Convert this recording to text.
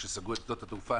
כשסגרו את שדות התעופה,